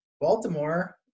Baltimore